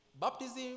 baptism